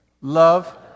Love